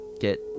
get